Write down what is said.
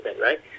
right